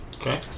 Okay